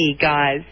guys